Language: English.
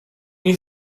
you